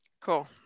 Cool